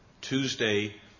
Tuesday